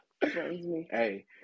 hey